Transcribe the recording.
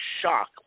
shock